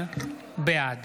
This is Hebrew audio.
בעד